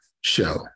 show